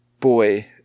boy